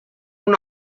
una